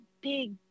big